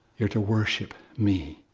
you are to worship me.